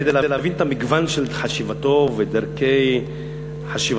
כדי להבין את המגוון של חשיבתו ודרכי חשיבתו,